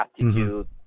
attitude